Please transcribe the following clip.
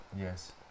Yes